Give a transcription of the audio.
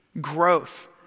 growth